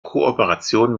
kooperation